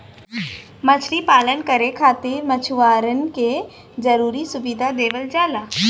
मछरी पालन करे खातिर मछुआरन के जरुरी सुविधा देवल जाला